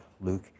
Luke